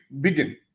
begin